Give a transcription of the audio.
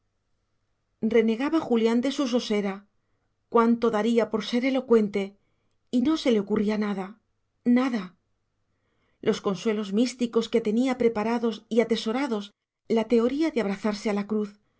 renegaba julián de su sosera cuánto daría por ser elocuente y no se le ocurría nada nada los consuelos místicos que tenía preparados y atesorados la teoría de abrazarse a la cruz